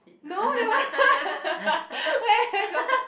no that one where got